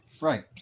Right